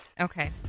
Okay